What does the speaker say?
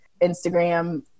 Instagram